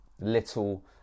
little